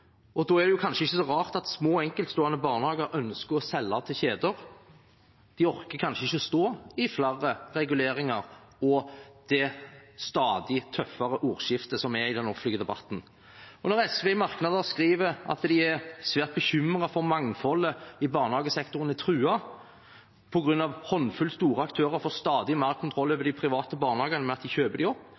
Da er det kanskje ikke så rart at små enkeltstående barnehager ønsker å selge til kjeder. De orker kanskje ikke å stå i flere reguleringer og i det stadig tøffere ordskiftet som er i den offentlige debatten. Når SV skriver i merknader at de er svært bekymret for at mangfoldet i barnehagesektoren er truet på grunn av at en håndfull store aktører får stadig mer kontroll over de private barnehagene ved at de kjøper dem opp,